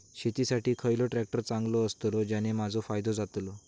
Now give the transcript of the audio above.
शेती साठी खयचो ट्रॅक्टर चांगलो अस्तलो ज्याने माजो फायदो जातलो?